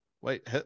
Wait